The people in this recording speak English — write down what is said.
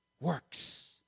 works